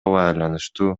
байланыштуу